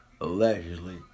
allegedly